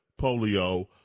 polio